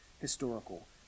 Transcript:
historical